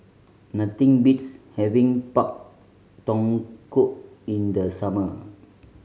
nothing beats having Pak Thong Ko in the summer